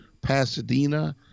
Pasadena